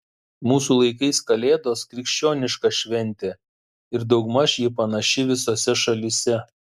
mūsų laikais kalėdos krikščioniška šventė ir daugmaž ji panaši visose šalyse